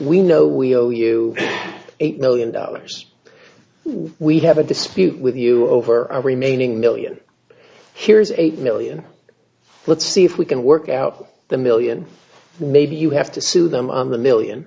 we know we owe you eight million dollars we have a dispute with you over our remaining million here's eight million let's see if we can work out the million maybe you have to sue them a million